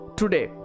today